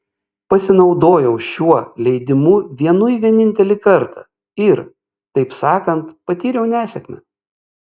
pasinaudojau šiuo leidimu vienui vienintelį kartą ir taip sakant patyriau nesėkmę